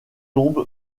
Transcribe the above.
tombe